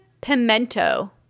pimento